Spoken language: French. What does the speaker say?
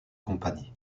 compagnies